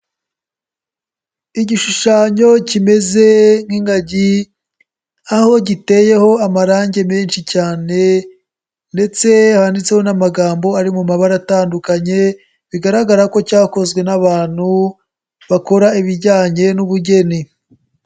Igishushanyo kimeze nk'ingagi, aho giteyeho amarangi menshi cyane ndetse handitseho n'amagambo ari mu mabara atandukanye, bigaragara ko cyakozwe n'abantu bakora ibijyanye n'ubugeni.